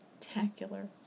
spectacular